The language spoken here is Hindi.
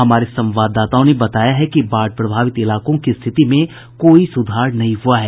हमारे संवाददाताओं ने बताया है कि बाढ़ प्रभावित इलाकों की स्थिति में कोई सुधार नहीं हुआ है